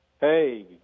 hey